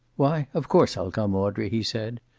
why, of course i'll come, audrey, he said,